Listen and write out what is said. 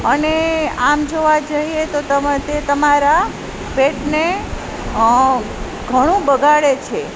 અને આમ જોવા જઈએ તો તે તમારા પેટને ઘણું બગાડે છે